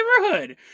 neighborhood